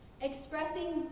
Expressing